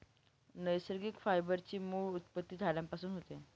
नैसर्गिक फायबर ची मूळ उत्पत्ती झाडांपासून होते